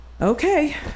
Okay